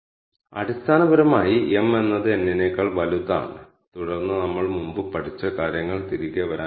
സംഖ്യാ matrix x ലെ ഒരു ക്രമരഹിതമായ വരികൾ പ്രാരംഭ കേന്ദ്രങ്ങളായി തിരഞ്ഞെടുക്കുന്നതാണ്